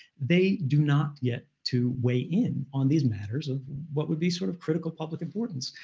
they do not get to weigh in on these matters of what would be sort of critical public importance.